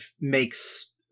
makes